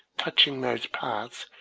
touching those parts,